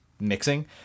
mixing